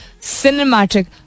cinematic